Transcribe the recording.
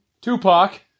Tupac